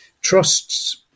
Trust's